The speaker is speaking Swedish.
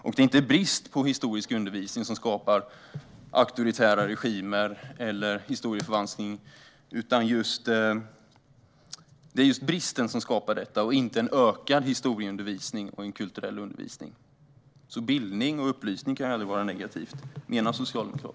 Och det är brist på historieundervisning som skapar auktoritära regimer eller historieförvanskning, inte ökad historieundervisning och kulturell undervisning. Menar Socialdemokraterna att bildning och upplysning även kan vara negativt?